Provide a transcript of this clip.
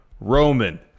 Roman